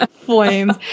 flames